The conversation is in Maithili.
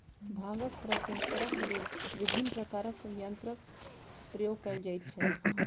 भांगक प्रसंस्करणक लेल विभिन्न प्रकारक यंत्रक प्रयोग कयल जाइत छै